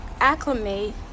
acclimate